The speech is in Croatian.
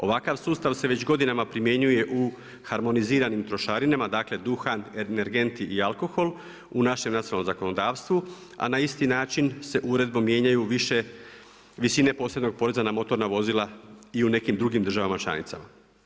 Ovakav sustav se već godinama primjenjuje u harmoniziranim trošarinama, dakle duha, energenti i alkohol u našem nacionalnom zakonodavstvu, a na isti način se uredbom mijenjaju više visine posebnog poreza na motorna vozila i u nekim drugim državama članicama.